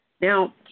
Now